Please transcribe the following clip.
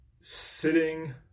sitting